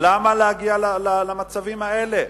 למה להגיע למצבים האלה?